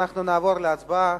אנחנו נעבור להצבעה,